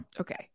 okay